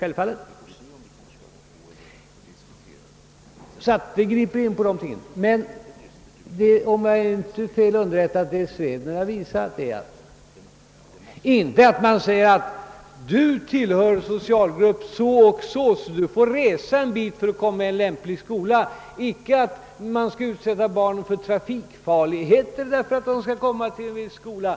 Men om jag inte är fel underrättad är det som Swedner har visat inte så att man säger, att du tillhör den socialgruppen och därför får du resa en bit för att komma i lämplig skola. Det är inte så att man utsätter barn för trafikfarlighet för att de skall komma till en viss skola.